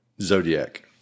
Zodiac